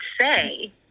say